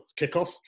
kickoff